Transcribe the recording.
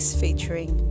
featuring